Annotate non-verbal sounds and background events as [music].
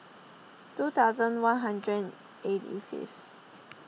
[noise] two thousand one hundred and eighty fifth